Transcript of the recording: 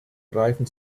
greifen